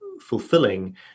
fulfilling